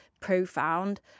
profound